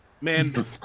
man